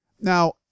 Now